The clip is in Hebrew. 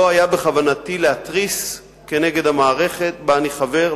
לא היה בכוונתי להתריס כנגד המערכת שבה אני חבר,